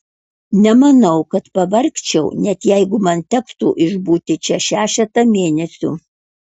nemanau kad pavargčiau net jeigu man tektų išbūti čia šešetą mėnesių